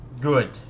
good